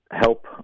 help